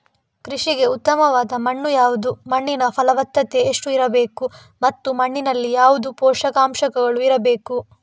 ಕೃಷಿಗೆ ಉತ್ತಮವಾದ ಮಣ್ಣು ಯಾವುದು, ಮಣ್ಣಿನ ಫಲವತ್ತತೆ ಎಷ್ಟು ಇರಬೇಕು ಮತ್ತು ಮಣ್ಣಿನಲ್ಲಿ ಯಾವುದು ಪೋಷಕಾಂಶಗಳು ಇರಬೇಕು?